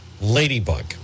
Ladybug